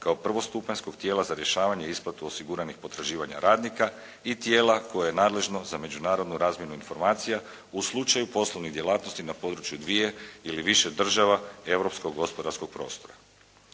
kao prvostupanjskog tijela za rješavanje i isplatu osiguranih potraživanja radnika i tijela koje je nadležno za međunarodnu razmjenu informacija u slučaju poslovnih djelatnosti na području dvije ili više država europskog gospodarskog prostora.